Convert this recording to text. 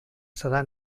serà